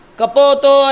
Kapoto